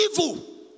evil